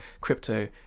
crypto